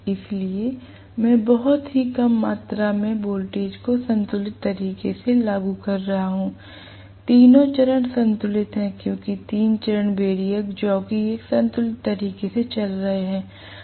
इसलिए मैं बहुत ही कम मात्रा में वोल्टेज को संतुलित तरीके से लागू कर रहा हूं तीनों चरण संतुलित हैं क्योंकि तीन चरण वैरिएक जॉकी एक संतुलित तरीके से चल रहे हैं